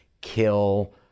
kill